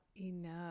enough